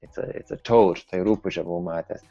į tai už tai rupūžę buvau matęs